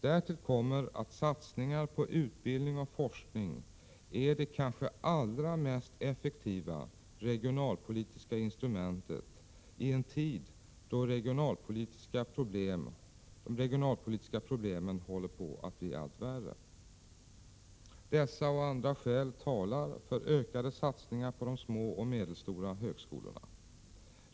Därtill kommer att satsningar på utbildning och forskning är det kanske allra mest effektiva regionalpolitiska instrumentet i en tid då de regionalpolitiska problemen håller på att bli allt värre. Dessa och andra skäl talar för ökade satsningar på de små och medelstora högskolorna.